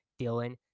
Dylan